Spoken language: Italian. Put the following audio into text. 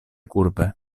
curve